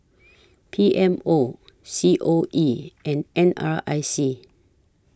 P M O C O E and N R I C